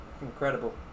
Incredible